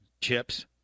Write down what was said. Chips